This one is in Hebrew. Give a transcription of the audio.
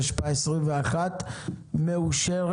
התשפ"א-2021 מאושרת.